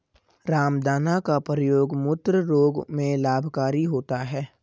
रामदाना का प्रयोग मूत्र रोग में लाभकारी होता है